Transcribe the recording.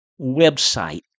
website